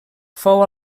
fou